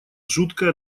жуткое